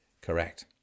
correct